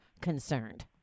concerned